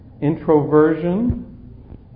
introversion